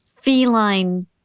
feline